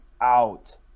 out